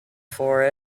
for